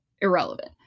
Irrelevant